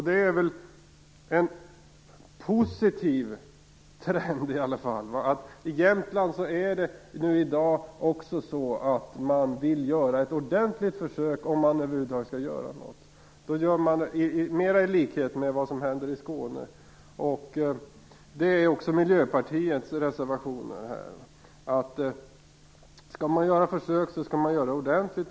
Det är en positiv trend att man i Jämtland vill göra ett ordentligt försök om man skall göra något. Man vill göra något i likhet med vad som görs i Skåne. Det är också Miljöpartiets reservationer. Skall man göra försök så skall man göra det ordentligt.